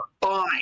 Fine